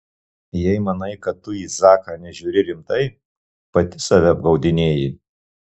jei manai kad tu į zaką nežiūri rimtai pati save apgaudinėji